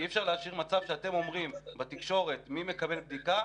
כי אי אפשר להשאיר מצב שאתם אומרים בתקשורת מי מקבל בדיקה,